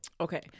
Okay